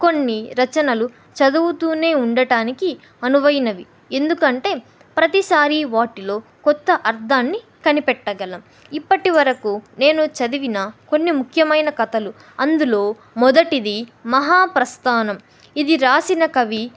కొన్ని రచనలు చదువుతూనే ఉండడానికి అనువైనవి ఎందుకంటే ప్రతి సారి వాటిలో కొత్త అర్థాన్ని కనిపెట్టగలము ఇప్పటివరకు నేను చదివిన కొన్ని ముఖ్యమైన కథలు అందులో మొదటిది మహాప్రస్థానం ఇది రాసిన కవి